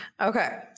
Okay